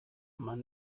mann